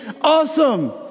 awesome